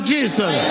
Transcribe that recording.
Jesus